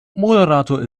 moderator